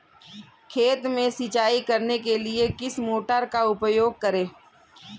खेत में सिंचाई करने के लिए किस मोटर का उपयोग करें?